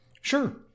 Sure